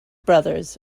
brothers